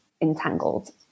entangled